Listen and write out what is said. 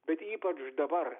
bet ypač dabar